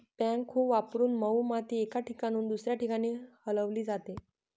backhoe वापरून मऊ माती एका ठिकाणाहून दुसऱ्या ठिकाणी हलवली जाते